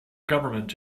government